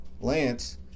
Lance